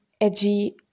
edgy